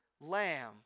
lamb